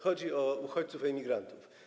Chodzi o uchodźców, o emigrantów.